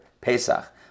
Pesach